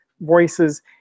voices